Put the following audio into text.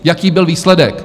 Jaký byl výsledek?